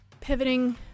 Pivoting